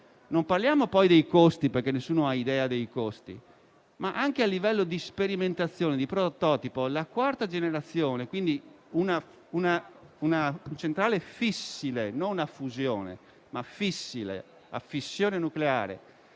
Non parliamo poi dei costi, di cui nessuno ha idea. Anche a livello di sperimentazione e di prototipo, la quarta generazione, cioè una centrale fissile, non a fusione ma a fissione nucleare